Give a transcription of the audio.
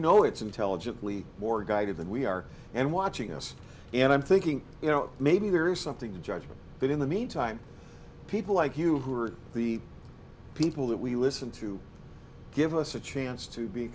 know it's intelligently more guided than we are and watching us and i'm thinking you know maybe there is something to judgment that in the meantime people like you who are the people that we listen to give us a chance to be